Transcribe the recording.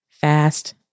fast